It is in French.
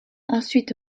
ensuite